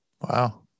Wow